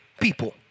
people